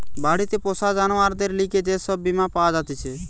বাড়িতে পোষা জানোয়ারদের লিগে যে সব বীমা পাওয়া জাতিছে